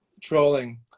trolling